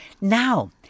Now